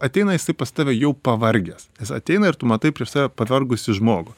ateina jisai pas tave jau pavargęs nes ateina ir tu matai prieš save pavargusį žmogų